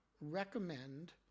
recommend